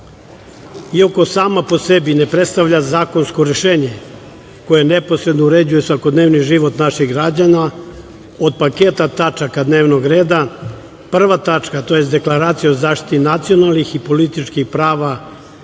za. Iako sama po sebi ne predstavlja zakonsko rešenje koje neposredno uređuje svakodnevni život naših građana, od paketa tačaka dnevnog reda, prva tačka, odnosno Deklaracija o zaštiti nacionalnih i političkih prava